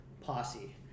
posse